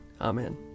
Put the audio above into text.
Amen